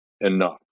enough